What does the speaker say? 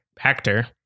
actor